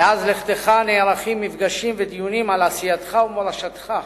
מאז לכתך נערכים מפגשים ודיונים על עשייתך ומורשתך,